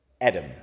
Adam